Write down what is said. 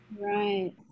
Right